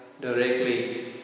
directly